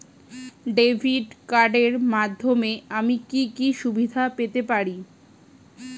Debit কার্ডের মাধ্যমে আমি কি কি সুবিধা পেতে পারি?